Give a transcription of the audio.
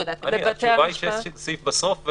התשובה היא שהסעיף בסוף,